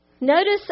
Notice